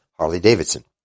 Harley-Davidson